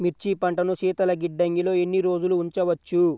మిర్చి పంటను శీతల గిడ్డంగిలో ఎన్ని రోజులు ఉంచవచ్చు?